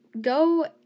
go